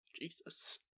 Jesus